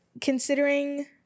considering